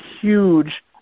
huge